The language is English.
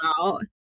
out